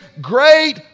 great